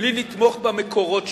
בלי לתמוך במקורות שלו.